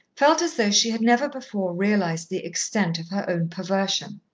felt as though she had never before realized the extent of her own perversion.